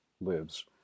lives